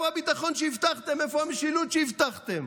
איפה המשילות שהבטחתם?